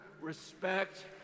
respect